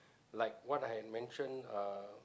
like what I have mentioned uh